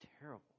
terrible